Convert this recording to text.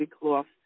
cloth